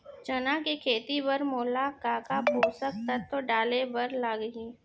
चना के खेती बर मोला का का पोसक तत्व डाले बर लागही?